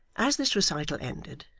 as this recital ended,